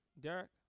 Derek